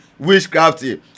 Witchcrafty